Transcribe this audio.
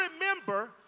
remember